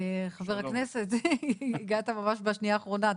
חבר הכנסת, הגעת ממש בשנייה האחרונה.